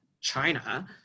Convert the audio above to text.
China